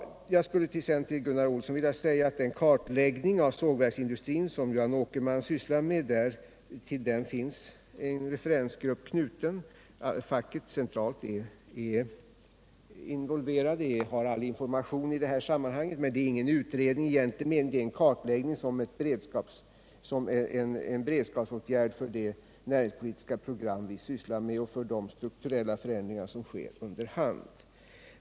Jag skulle vilja säga till Gunnar Olsson att den utredning eller kartläggning av sågverken som Johan Åkerman sysslar med har en referensgrupp knuten till sig. Facket centralt är involverat och har all information i det här sammanhanget. Men det är ingen utredning i egentlig mening utan en kartläggning som vidtas som en beredskapsåtgärd i det näringspolitiska 141 program vi sysslar med, och den har anknytning till de strukturella förändringar som sker under hand.